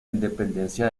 independencia